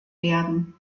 werden